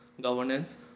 governance